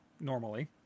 normally